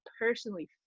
personally